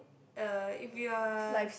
uh if you are